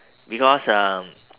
because um